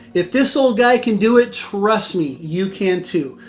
if this old guy can do it, trust me. you can too.